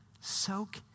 soak